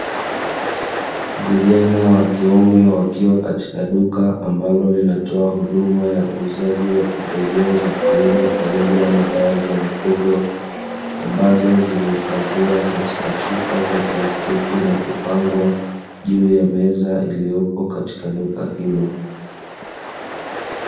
Vijana wa kiume wakiwa katika duka ambalo linatoa huduma ya uuzaji wa pembejeo za kilimo pamoja na dawa za mifugo, ambazo zimehifadhiwa katika chupa za plastiki na kupangwa juu ya meza iliyopo katika duka hilo.